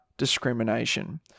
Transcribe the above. discrimination